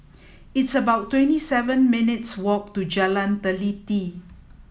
it's about twenty seven minutes' walk to Jalan Teliti